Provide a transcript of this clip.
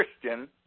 Christian